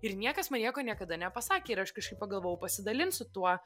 ir niekas man nieko niekada nepasakė ir aš kažkaip pagalvojau pasidalinsiu tuo